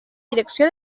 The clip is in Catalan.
direcció